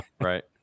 right